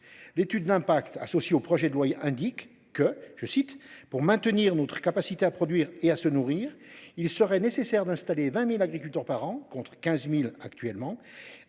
L’étude d’impact associée au projet de loi indique que « pour maintenir notre capacité à produire et à se nourrir, il serait nécessaire d’installer 20 000 agriculteurs par an, contre 15 000 actuellement ».